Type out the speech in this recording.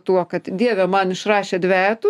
tuo kad dieve man išrašė dvejetų